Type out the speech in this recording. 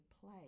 play